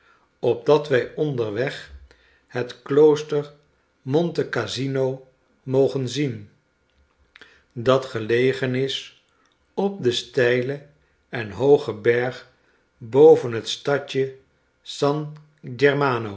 opdat wij onderweg het klooster monte cassino mogen zien dat gelegen is op den steilen en hoogen berg boven het stadje san